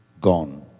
gone